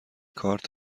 کارت